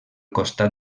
costat